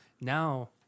now